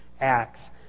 Acts